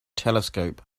telescope